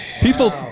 people